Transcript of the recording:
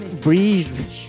Breathe